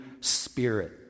spirit